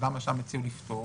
למה שם הציעו לפטור?